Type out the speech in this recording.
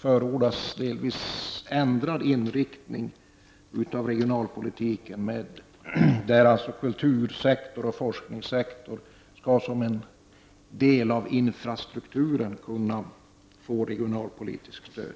förordas en delvis ändrad inriktning av regionalpolitiken, där kultursektorn och forskningssektorn som en del av infrastrukturen skall kunna få regionalpolitiskt stöd.